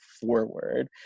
forward